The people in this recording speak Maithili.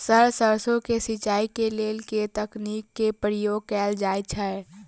सर सैरसो केँ सिचाई केँ लेल केँ तकनीक केँ प्रयोग कैल जाएँ छैय?